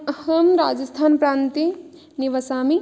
अहं राजस्थानप्रान्ते निवसामि